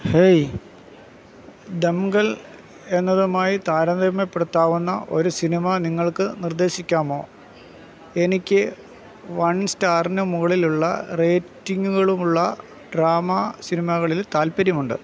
hey Dangal എന്നതുമായി താരതമ്യപ്പെടുത്താവുന്ന ഒരു സിനിമ നിങ്ങൾക്ക് നിർദ്ദേശിക്കാമോ എനിക്ക് വൺ സ്റ്റാറിന് മുകളിലുള്ള റേറ്റിംഗുകളുമുള്ള ഡ്രാമ സിനിമകളിൽ താൽപ്പര്യമുണ്ട്